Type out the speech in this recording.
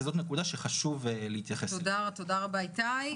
תודה רבה, איתי.